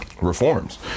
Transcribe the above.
reforms